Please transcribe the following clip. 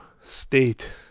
state